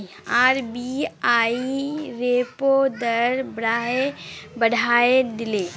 RBI repo दर बढ़ाए दिले